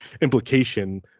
implication